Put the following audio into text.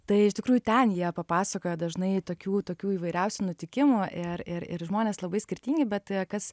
tai iš tikrųjų ten jie papasakoja dažnai tokių tokių įvairiausių nutikimų ir ir ir žmonės labai skirtingi bet kas